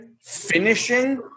finishing